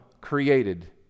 created